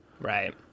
Right